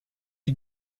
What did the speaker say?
die